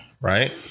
right